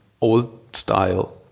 old-style